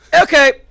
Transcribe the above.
Okay